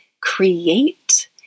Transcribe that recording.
create